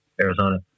Arizona